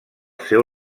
seu